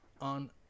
on